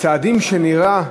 צעדים שנראה,